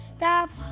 Stop